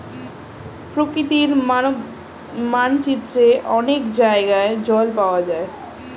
প্রকৃতির মানচিত্রে অনেক জায়গায় জল পাওয়া যায়